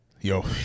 Yo